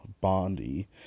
Bondi